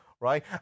right